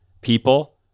people